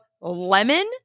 lemon